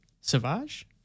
Savage